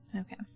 Okay